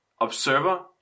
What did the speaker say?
observer